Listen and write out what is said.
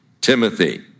Timothy